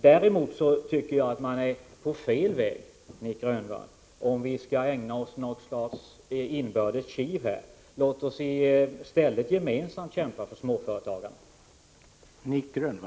Däremot tycker jag att vi är på fel väg, Nic Grönvall, om vi här skall ägna oss åt något inbördes kiv. Låt oss i stället gemensamt kämpa för småföretagarna.